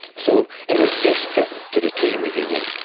so it is desperate to retain the union.